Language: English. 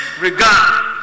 regard